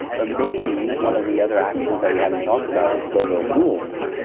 or maybe as one of the other actions that we haven't talked about is flogo rules,